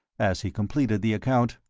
as he completed the account